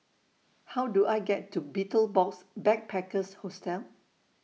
How Do I get to Betel Box Backpackers Hostel